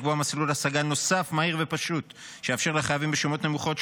לקבוע מסלול השגה נוסף מהיר ופשוט שיאפשר לחייבים בשומות נמוכות,